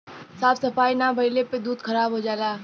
साफ सफाई ना भइले पे दूध खराब हो जाला